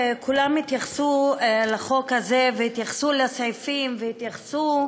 כולם התייחסו לחוק הזה והתייחסו לסעיפים והתייחסו